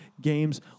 games